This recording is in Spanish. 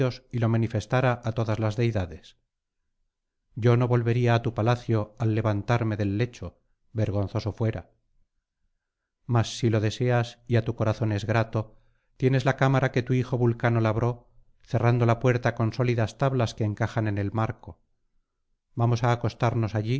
y lo manifestara á todas las deidades yo no volvería á tu palacio al levantarme del lecho vergonzoso fuera mas si lo deseas y á tu corazón es grato tienes la cámara que tu hijo vulcano labró cerrando la puerta con sólidas tablas que encajan en el marco vamos á acostarnos allí